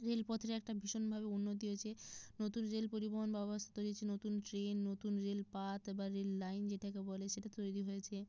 রেলপথের একটা ভীষণভাবে উন্নতি হয়েছে নতুন রেল পরিবহণ ব্যবস্থা তৈরি হয়েছে নতুন ট্রেন নতুন রেলপথ বা রেল লাইন যেটাকে বলে সেটা তৈরি হয়েছে